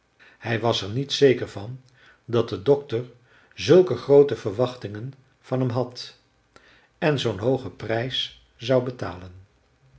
hij was er niet zeker van dat de dokter zulke groote verwachtingen van hem had en zoo'n hoogen prijs zou betalen